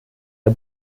der